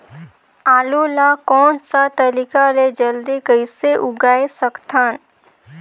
आलू ला कोन सा तरीका ले जल्दी कइसे उगाय सकथन?